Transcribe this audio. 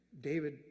David